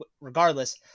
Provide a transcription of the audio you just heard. regardless